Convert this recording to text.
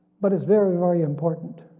but it's very, very important.